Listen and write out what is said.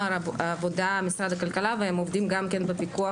העבודה משרד הכלכלה והם עובדים גם כן בפיקוח.